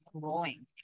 growing